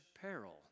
peril